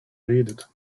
redet